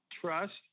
trust